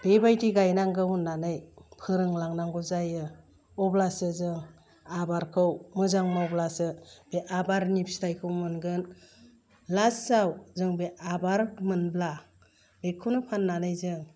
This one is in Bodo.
बेबायदि गाइनांगौ होन्नानै फोरोंलांनांगौ जायो अब्लासो जों आबारखौ मोजां मावब्लासो बे आबारनि फिथाइखौ मोनगोन लासआव जों बे आबार मोनब्ला बेखौनो फान्नानै जों